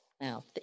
now